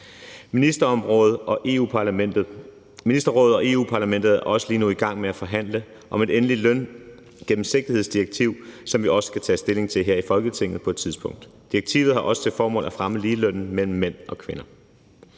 Ministerrådet og Europa-Parlamentet er lige nu i gang med at forhandle endeligt om et løngennemsigtighedsdirektiv, som vi også skal tage stilling til her i Folketinget på et tidspunkt. Direktivet har også til formål at fremme ligelønnen mellem mænd og kvinder.